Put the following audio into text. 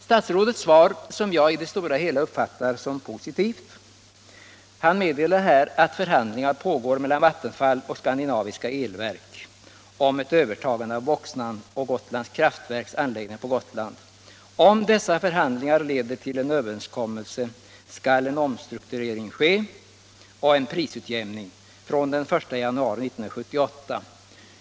Statsrådet meddelar nu i sitt svar, som jag i det stora hela uppfattar som positivt, att förhandlingar pågår mellan Vattenfall och Skandinaviska Elverk om ett övertagande av Voxnans och Gotlands kraftverks anläggningar på Gotland. Om dessa förhandlingar leder till en överenskommelse skall en omstrukturering ske och en prisutjämning göras från den I januari 1978.